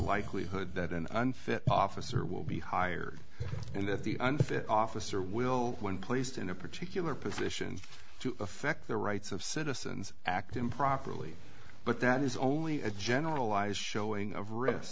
likelihood that an unfit officer will be hired and that the unfit officer will when placed in a particular position to affect the rights of citizens act improperly but that is only a generalized showing of risk